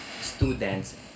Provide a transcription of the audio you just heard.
students